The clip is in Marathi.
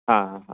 हां हां हां